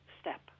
step